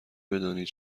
بدانید